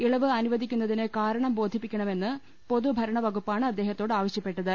ഇളവ് അനുവദിക്കു ന്നതിന് കാരണം ബോധിപ്പിക്കണമെന്ന് പൊതുഭരണവകുപ്പാണ് അദ്ദേഹത്തോട് ആവശ്യപ്പെട്ടത്